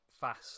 Fast